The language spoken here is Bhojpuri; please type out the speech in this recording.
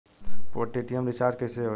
पेटियेम से रिचार्ज कईसे करम?